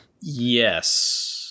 Yes